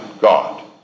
God